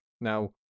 Now